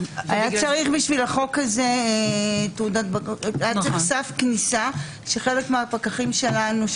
בשביל החוק הזה נדרש סף כניסה שאין לחלק מהפקחים שלנו,